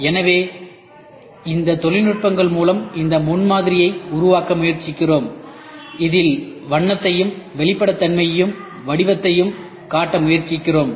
எனவே இந்த நுட்பங்கள் மூலம் இந்த முன்மாதிரியை உருவாக்க முயற்சிக்கிறோம் இதில் வண்ணத்தையும் வெளிப்படைத்தன்மையையும் வடிவத்தையும் காட்ட முயற்சிக்கிறோம்